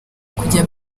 kujya